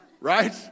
right